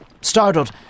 Startled